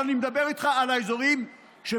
אבל אני מדבר איתך על האזורים שבסבירות